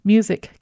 Music